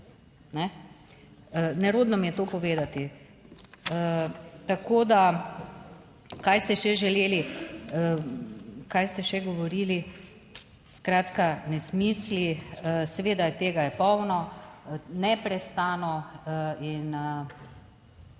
ne. Nerodno mi je to povedati. Tako da, kaj ste še želeli, kaj ste še govorili ... Skratka nesmisli. Seveda tega je polno neprestano in